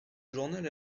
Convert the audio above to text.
journal